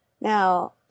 Now